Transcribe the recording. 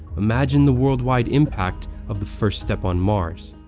imagine the worldwide impact of the first step on mars.